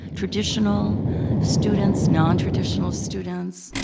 traditional students, nontraditional students,